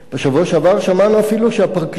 בשבוע שעבר שמענו אפילו שהפרקליטות